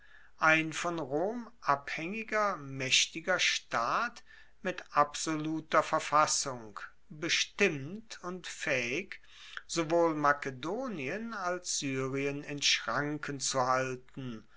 ein von rom abhaengiger maechtiger staat mit absoluter verfassung bestimmt und faehig sowohl makedonien als syrien in schranken zu halten